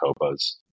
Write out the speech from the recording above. Copas